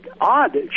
odd